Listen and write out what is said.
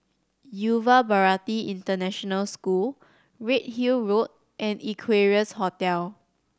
Yuva Bharati International School Redhill Road and Equarius Hotel